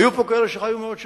היו פה כאלה שחיו מאות שנים.